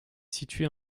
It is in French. située